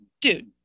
dude